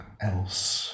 else